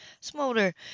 smolder